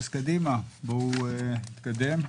אז קדימה, בואו נתקדם.